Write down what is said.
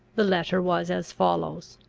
the letter was as follows